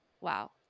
wow